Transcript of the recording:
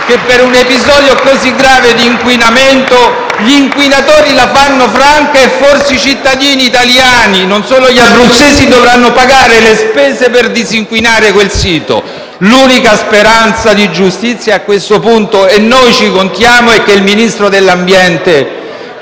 che, per un episodio così grave di inquinamento, gli inquinatori la fanno franca e forse i cittadini italiani, non sono gli abruzzesi, dovranno pagare le spese per disinquinare quel sito. *(Applausi dal Gruppo M5S)*. L'unica speranza di giustizia, a questo punto (e noi ci contiamo), è che il Ministro dell'ambiente